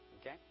okay